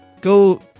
go